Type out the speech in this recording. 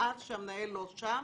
ומאז שהמנהל לא שם